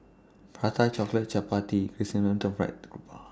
Prata Chocolate Chappati